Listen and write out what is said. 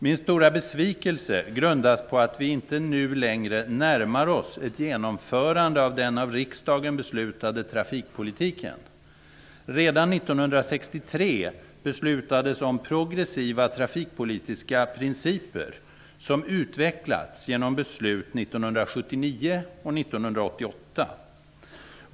Min stora besvikelse grundas på att vi nu inte längre närmar oss ett genomförande av den av riksdagen beslutade trafikpolitiken. Redan 1963 beslutades om progressiva trafikpolitiska principer som utvecklats genom beslut 1979 och 1988.